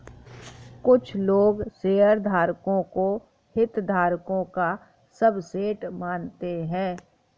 कुछ लोग शेयरधारकों को हितधारकों का सबसेट मानते हैं